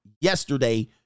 yesterday